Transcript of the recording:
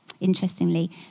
interestingly